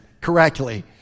correctly